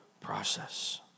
process